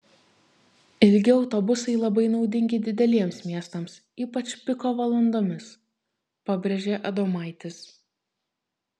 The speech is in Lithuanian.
ilgi autobusai labai naudingi dideliems miestams ypač piko valandomis pabrėžė adomaitis